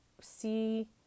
see